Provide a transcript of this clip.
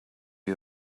you